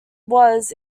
was